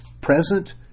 present